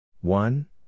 one